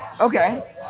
Okay